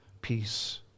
peace